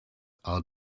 are